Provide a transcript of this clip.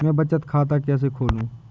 मैं बचत खाता कैसे खोलूँ?